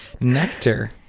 Nectar